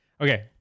Okay